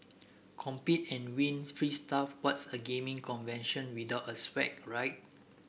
compete and win free stuff what's a gaming convention without swag right